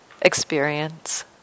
experience